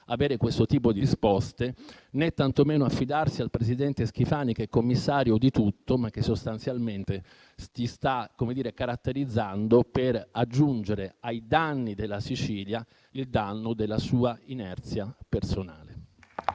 avere questo tipo di risposte né tantomeno affidarsi al presidente Schifani, che è commissario di tutto ma che sostanzialmente si sta caratterizzando per aggiungere ai danni della Sicilia il danno della sua inerzia personale.